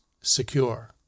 secure